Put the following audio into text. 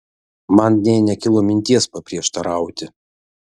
man nė nekilo minties paprieštarauti